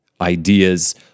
ideas